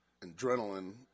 adrenaline